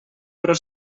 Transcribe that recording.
però